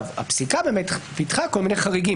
הפסיקה פיתחה כל מיני חריגים,